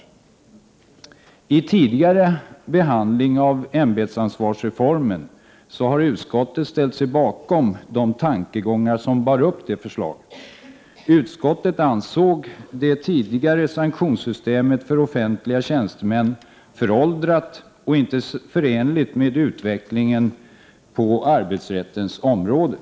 Vid tidigare behandling av ämbetsansvarsreformen har utskottet ställt sig bakom de tankegångar som bar upp detta förslag. Utskottet ansåg att det tidigare sanktionssystemet för offentliga tjänstemän var föråldrat och inte förenligt med utvecklingen på arbetsrättens område.